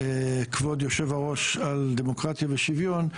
כבוד יושב-הראש, על דמוקרטיה ושוויון,